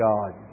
God